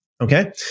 Okay